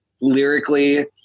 lyrically